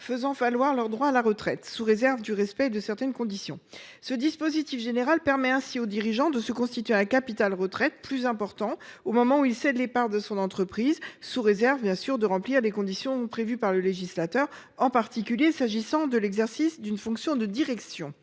faisant valoir leur droit à la retraite, sous réserve du respect de certaines conditions. Ce dispositif général permet au dirigeant de se constituer un capital retraite plus important au moment où il cède les parts de son entreprise, sous réserve de remplir les conditions prévues par le législateur, en particulier s’agissant de l’exercice d’une fonction de direction.